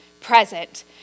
present